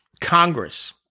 Congress